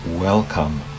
Welcome